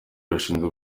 rushinzwe